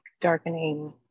darkening